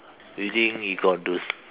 reading you got those